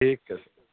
ਠੀਕ ਹੈ